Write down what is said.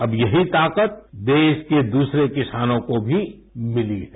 अब यही ताकत देश के दूसरे किसानों को भी मिली है